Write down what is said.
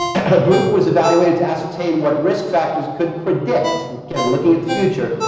a group was evaluated to ascertain what risk factors could predict, again looking at the future,